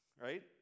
right